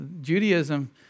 Judaism